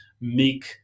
make